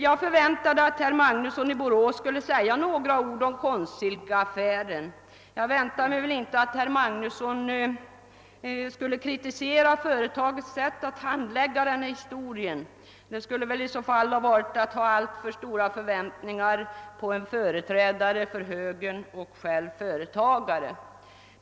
Jag väntade mig att herr Magnusson 1 Borås skulle säga några ord om Konstsilkeaffären. Jag väntade mig inte att han skulle kritisera företagets sätt att handlägga ärendet — det skulle väl ha varit att ha alltför stora förväntningar på en företrädare för högern som själv är företagare.